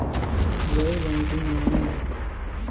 गैर बैंकिंग माने?